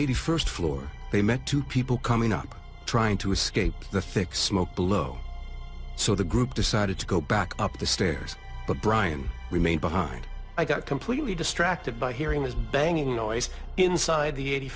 eighty first floor they met two people coming up trying to escape the thick smoke below so the group decided to go back up the stairs but brian remained behind i got completely distracted by hearing his banging noise inside the eighty